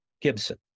Gibson